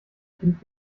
kind